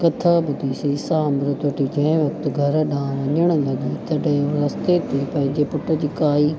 कथा ॿुधी सेसा अंबृतु वठी जे वक़्तु घर ॾांहुं वञणु लॻी तॾहिं रस्ते ते पंहिंजे पुट जी काई